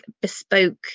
bespoke